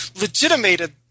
legitimated